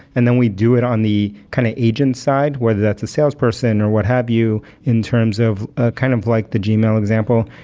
and then we do it on the kind of agent side, whether that's a salesperson, or what have you in terms of ah kind of like the gmail example.